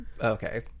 okay